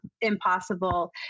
impossible